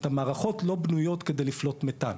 המערכות לא בנויות כדי לפלוט מתאן.